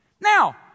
Now